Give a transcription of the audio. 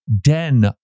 den